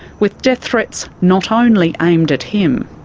with death threats not only aimed at him.